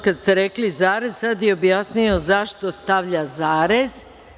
Kad ste rekli zarez, sad je objasnio zašto stavlja zarez.